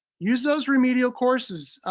use those remedial courses.